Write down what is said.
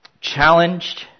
challenged